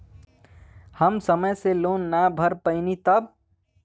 हम समय से लोन ना भर पईनी तब?